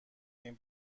این